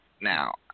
Now